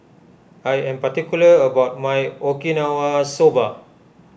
I am particular about my Okinawa Soba